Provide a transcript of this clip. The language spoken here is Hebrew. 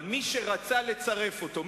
אבל מי שרצה לצרף אותו,